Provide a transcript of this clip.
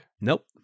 Nope